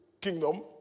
kingdom